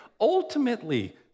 Ultimately